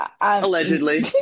Allegedly